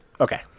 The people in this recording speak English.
Okay